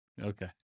Okay